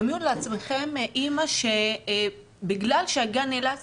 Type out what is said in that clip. דמיינו לעצמכם אימא שבגלל שהגן נאלץ